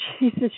Jesus